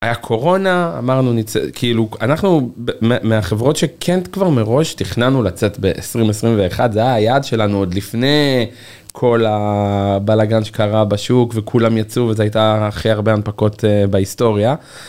הקורונה אמרנו כאילו אנחנו מהחברות שכן כבר מראש תכננו לצאת ב-2021 זה היה היעד שלנו עוד לפני כל הבלאגן שקרה בשוק וכולם יצאו וזה הייתה הכי הרבה הנפקות בהיסטוריה.